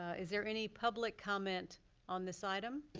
is there any public comment on this item?